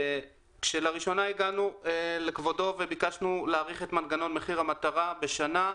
כשלראשונה הגענו לכבודו וביקשנו להאריך את מנגנון מחיר המטרה בשנה,